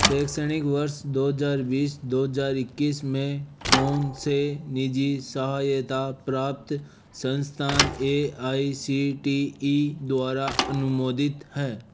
शैक्षणिक वर्ष दो हज़ार बीस दो हज़ार इक्कीस में कौन से निजी सहायता प्राप्त संस्थान A I C T E द्वारा अनुमोदित हैं